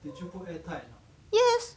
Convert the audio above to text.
yes